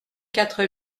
quatre